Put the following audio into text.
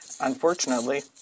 unfortunately